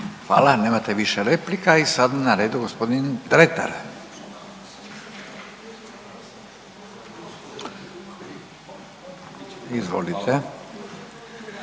Hvala, nemate više replika i sad je na redu g. Dretar, izvolite.